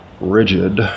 rigid